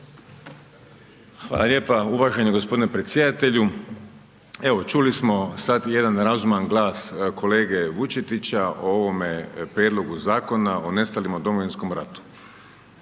Hvala lijepo uvaženi gospodine predsjedatelju. Evo, čuli smo sada jedan razuman glas kolege Vučetića o ovome prijedlogu zakona, o nestalima u Domovinskom ratu.